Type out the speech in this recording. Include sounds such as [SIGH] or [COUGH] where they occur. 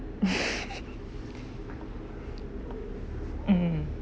[LAUGHS] mm